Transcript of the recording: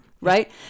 Right